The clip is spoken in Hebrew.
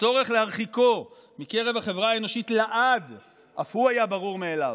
הצורך להרחיקו מקרב החברה האנושית לעד אף הוא היה ברור מאליו".